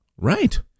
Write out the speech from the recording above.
Right